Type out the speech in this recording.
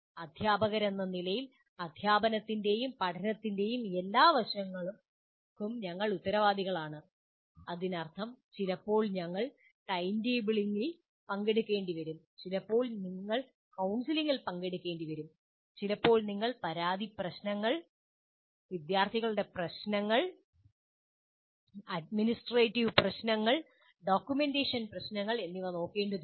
അദ്ധ്യാപകരെന്ന നിലയിൽ അദ്ധ്യാപനത്തിന്റെയും പഠനത്തിന്റെയും എല്ലാ വശങ്ങൾക്കും ഞങ്ങൾ ഉത്തരവാദികളാണ് അതിനർത്ഥം ചിലപ്പോൾ നിങ്ങൾ ടൈംടേബിളിങ്ങിൽ പങ്കെടുക്കേണ്ടിവരും ചിലപ്പോൾ നിങ്ങൾ കൌൺസിലിംഗിൽ പങ്കെടുക്കേണ്ടിവരും ചിലപ്പോൾ നിങ്ങൾ പരാതി പ്രശ്നങ്ങൾ വിദ്യാർത്ഥികളുടെ പ്രശ്നങ്ങൾ അഡ്മിനിസ്ട്രേറ്റീവ് പ്രശ്നങ്ങൾ ഡോക്യുമെന്റേഷൻ പ്രശ്നങ്ങൾ എന്നിവ നോക്കേണ്ടതുണ്ട്